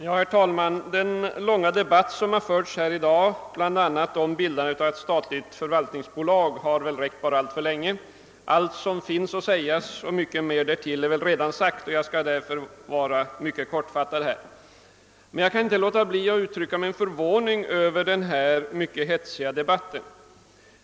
Herr talman! Den långa debatt som förts i dag bl.a. om bildandet av ett statligt förvaltningsbolag har väl varat bara alltför länge. Allt som finns att säga och mycket därtill är sagt, och jag skall därför bli mycket kortfattad. Jag kan emellertid inte underlåta att uttrycka min förvåning över den stora hetsigheten i debatten.